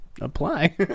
Apply